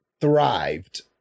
thrived